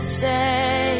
say